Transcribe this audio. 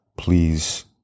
Please